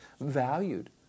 valued